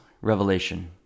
revelation